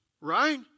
Right